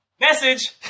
Message